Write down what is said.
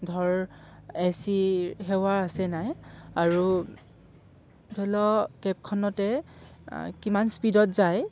ধৰ এ চিৰ সেৱা আছে নাই আৰু ধৰি ল কেবখনতে কিমান স্পীডত যায়